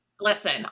Listen